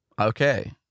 Okay